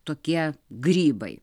tokie grybai